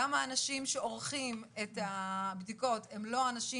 גם האנשים שעורכים את הבדיקות הם לא האנשים